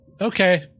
okay